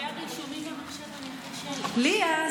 ליה,